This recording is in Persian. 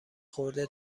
خورده